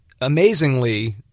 Amazingly